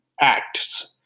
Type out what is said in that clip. acts